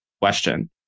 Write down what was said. question